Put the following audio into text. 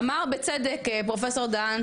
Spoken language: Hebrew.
אמר בצדק פרופסור דהן,